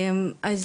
אז,